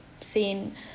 seen